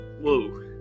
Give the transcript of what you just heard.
whoa